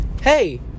hey